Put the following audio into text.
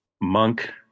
Monk